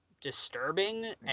disturbing